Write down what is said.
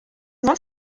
sonst